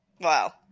Wow